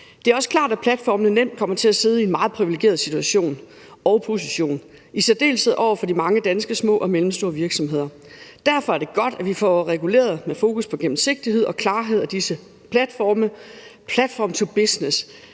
Det er også klart, at platformene nemt kommer til at sidde i en meget privilegeret situation og position, i særdeleshed over for de mange danske små og mellemstore virksomheder. Derfor er det godt, at vi får reguleret med fokus på gennemsigtighed og klarhed af disse platforme, platform to business.